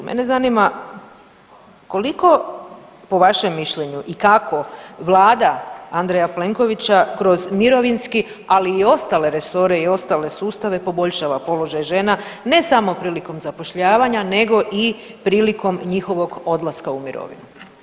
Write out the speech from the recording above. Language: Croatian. Mene zanima koliko po vašem mišljenju i kako vlada Andreja Plenkovića kroz mirovinski, ali i ostale resore i ostale sustave poboljšava položaj žena, ne samo prilikom zapošljavanja nego i prilikom njihovog odlaska u mirovinu?